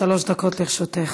שלוש דקות לרשותך.